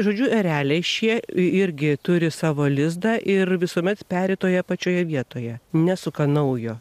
žodžiu ereliai šie irgi turi savo lizdą ir visuomet peri toje pačioje vietoje nesuka naujo